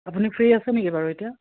আপুনি ফ্ৰী আছে নেকি বাৰু এতিয়া